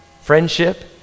friendship